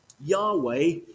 Yahweh